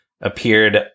appeared